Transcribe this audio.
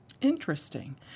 interesting